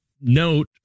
note